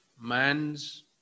man's